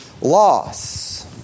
loss